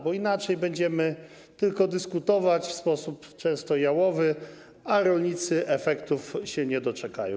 Bo inaczej będziemy tylko dyskutować w sposób często jałowy, a rolnicy efektów się nie doczekają.